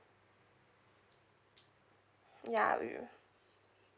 ya we'll